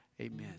Amen